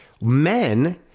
men